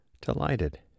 delighted